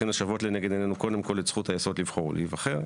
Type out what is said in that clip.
לשוות לנגד עינינו קודם כל את הזכות לבחור ולהיבחר.